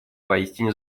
поистине